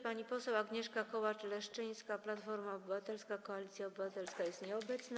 Pani poseł Agnieszka Kołacz-Leszczyńska, Platforma Obywatelska - Koalicja Obywatelska jest nieobecna.